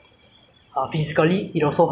and in moneywise lah of course